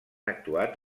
actuat